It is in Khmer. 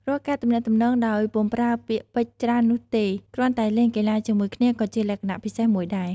រាល់ការទំនាក់ទំនងដោយពុំប្រើពាក្យពេចន៍ច្រើននោះទេ គ្រាន់តែលេងកីឡាជាមួយគ្នា ក៏ជាលក្ខណៈពិសេសមួយដែរ។